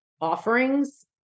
offerings